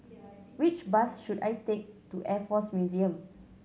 which bus should I take to Air Force Museum